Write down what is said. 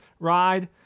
ride